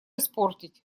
испортить